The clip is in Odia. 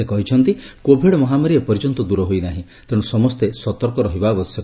ସେ କହିଛନ୍ତି କୋଭିଡ ମହାମାରୀ ଏପର୍ଯ୍ୟନ୍ତ ଦୂର ହୋଇନାହିଁ ତେଣୁ ସମସ୍ତେ ସତର୍କ ରହିବ ଆବଶ୍ୟକ